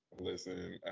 Listen